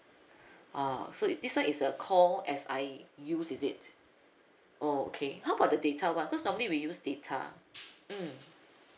ah so this one is a call as I use is it oh okay how about the data one cause normally we use data mm